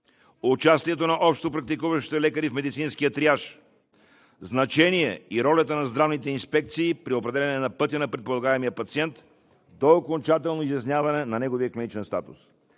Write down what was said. участието на общопрактикуващите лекари в медицинския триаж; значението и ролята на здравните инспекции при определяне на пътя на предполагаемия пациент до окончателното изясняване на неговия клиничен статус;